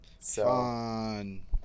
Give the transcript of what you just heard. Fun